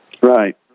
Right